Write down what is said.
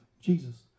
Jesus